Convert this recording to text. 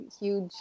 huge